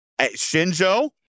Shinjo